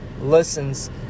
listens